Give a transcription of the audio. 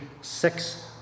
six